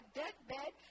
deathbed